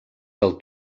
del